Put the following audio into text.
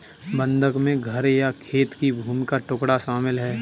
बंधक में घर या खेत की भूमि का टुकड़ा शामिल है